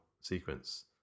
sequence